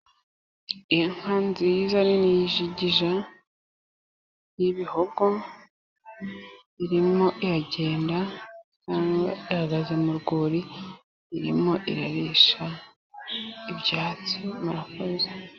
inka nziza, nini, y'ijigija, y'ibihogo, irimo iragenda cyangwa ihagaze mu rwuri, irimo irarisha ibyatsi murakoze.